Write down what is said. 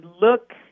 look